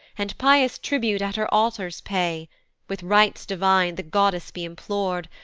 and pious tribute at her altars pay with rights divine, the goddess be implor'd,